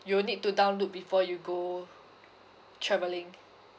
you'll need to download before you go travelling